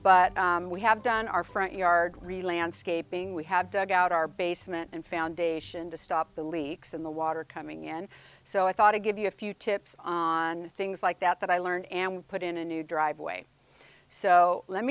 but we have done our front yard real landscaping we have dug out our basement and foundation to stop the leaks in the water coming in so i thought to give you a few tips on things like that that i learned and put in a new driveway so let